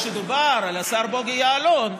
כשדובר על השר בוגי יעלון,